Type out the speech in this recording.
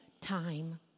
time